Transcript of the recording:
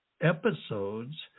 episodes